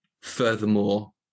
furthermore